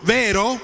vero